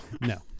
No